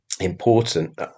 important